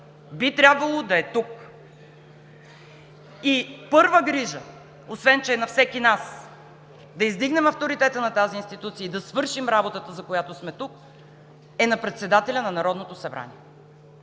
Пламен Манушев.) И първа грижа, освен че е на всеки от нас – да издигнем авторитета на тази институция и да свършим работата, за която сме тук, е на председателя на Народното събрание.